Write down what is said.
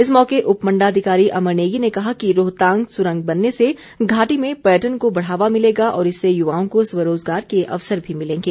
इस मौके उपमंडलाधिकारी अमर नेगी ने कहा कि रोहतांग सुरंग बनने से घाटी में पर्यटन को बढ़ावा मिलेगा और इससे युवाओं को स्वरोज़गार के अवसर भी मिलेंगे